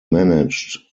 managed